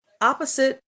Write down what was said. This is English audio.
Opposite